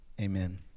Amen